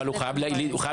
אבל הוא חייב להתגייס.